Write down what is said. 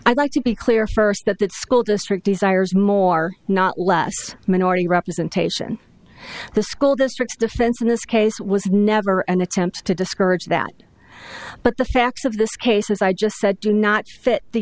i'd like to be clear first that that school district desires more not less minority representation in the school districts defense in this case was never an attempt to discourage that but the facts of this case as i just said do not fit the